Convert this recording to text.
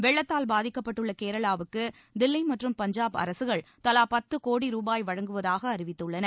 வெள்ளத்தால் பாதிக்கப்பட்டுள்ள கேரளாவுக்கு தில்லி மற்றும் பஞ்சாப் அரசுகள் தலா பத்து கோடி ரூபாய் வழங்குவதாக அறிவித்துள்ளன